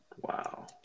Wow